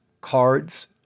cards